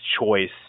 choice